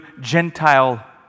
Gentile